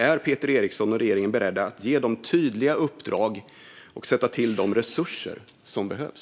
Är Peter Eriksson och regeringen beredda att ge de tydliga uppdrag och tillföra de resurser som behövs?